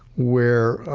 where,